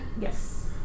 yes